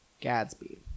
Gadsby